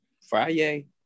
friday